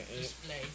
display